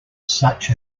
such